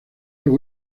los